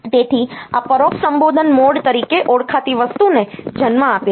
તેથી આ પરોક્ષ સંબોધન મોડ તરીકે ઓળખાતી વસ્તુને જન્મ આપે છે